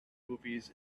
movies